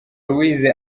louise